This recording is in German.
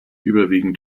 überwiegend